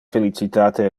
felicitate